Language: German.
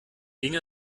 ging